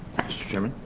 mr. chairman.